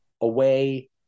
away